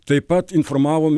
taip pat informavom